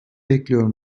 bekliyor